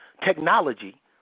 technology